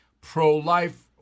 Pro-life